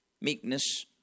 meekness